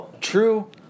True